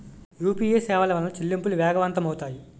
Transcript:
UPA సేవల వలన చెల్లింపులు వేగవంతం అవుతాయి